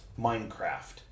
Minecraft